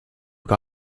have